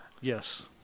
Yes